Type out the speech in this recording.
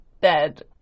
bed